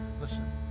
Listen